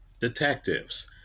detectives